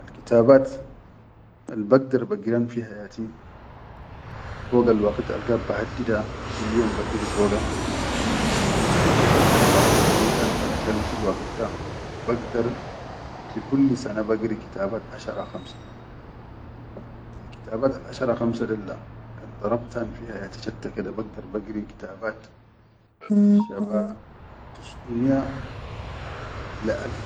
Alktabat albagdar bagiran fi hayati, fogal waqit algaid bahaddida fil yom bagiri foga kan hawal garetan filwaqit da, bagdar fi kulli sana bahiri kitabat ashara-khamsa alkitabat al ashara-khamsa del da kan daraktan fi hayati chatta keda bagdar bagiri kitabat shaba tusumiaʼa le.